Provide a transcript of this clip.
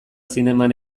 zineman